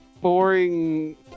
boring